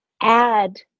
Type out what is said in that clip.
add